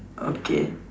okay